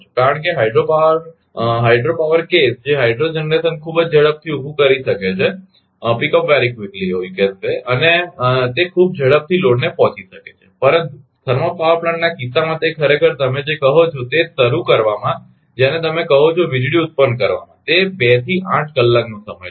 કારણ કે hydro power hydro power case જે હાઈડ્રો જનરેશન ખૂબ જ ઝડપથી ઉભું કરી શકે છે અને તે ખૂબ જ ઝડપથી લોડને પહોંચી શકે છે પરંતુ થર્મલ પાવર પ્લાન્ટના કિસ્સામાં તે ખરેખર તમે જે કહો છો તે જ શરૂ કરવામાં જેને તમે કહો છો વીજળી ઉત્પન્ન કરવામાં તે 2 થી 8 કલાકનો સમય લેશે